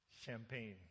Champagne